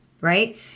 right